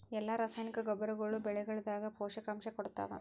ಎಲ್ಲಾ ರಾಸಾಯನಿಕ ಗೊಬ್ಬರಗೊಳ್ಳು ಬೆಳೆಗಳದಾಗ ಪೋಷಕಾಂಶ ಕೊಡತಾವ?